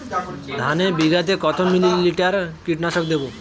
ধানে বিঘাতে কত মিলি লিটার কীটনাশক দেবো?